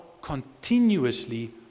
continuously